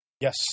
Yes